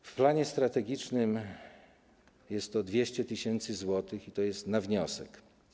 W planie strategicznym jest to 200 tys. zł i to jest na wniosek.